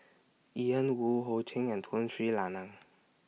Ian Woo Ho Ching and Tun Sri Lanang